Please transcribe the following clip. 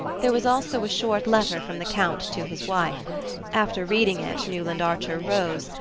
there was also a short letter from the count to his wife after reading it, newland archer rose,